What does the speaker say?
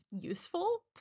useful